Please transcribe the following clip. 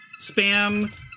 spam